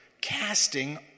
Casting